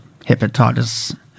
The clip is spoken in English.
hepatitis